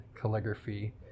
calligraphy